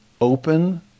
open